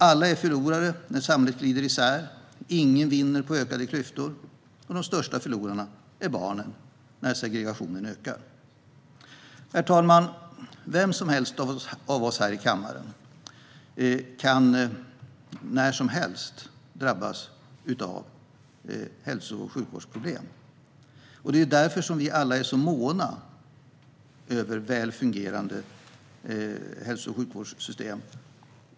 Alla är förlorare när samhället glider isär. Ingen vinner på ökade klyftor. Och de största förlorarna är barnen när segregationen ökar. Herr talman! Vem som helst av oss här i kammaren kan när som helst drabbas av hälsoproblem. Det är därför vi alla är måna om att ha väl fungerande hälso och sjukvårdssystem.